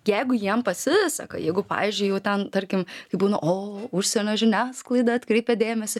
jeigu jiem pasiseka jeigu pavyzdžiui jau ten tarkim kai būna o užsienio žiniasklaida atkreipė dėmesį